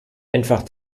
einfach